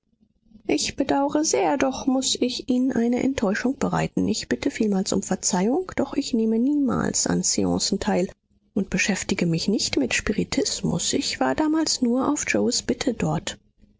ich bedauere sehr doch muß ich ihnen eine enttäuschung bereiten ich bitte vielmals um verzeihung doch ich nehme niemals an seancen teil und beschäftige mich nicht mit spiritismus ich war damals nur auf yoes bitte dort